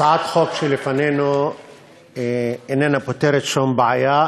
הצעת החוק שלפנינו איננה פותרת שום בעיה,